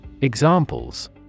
Examples